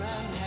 Man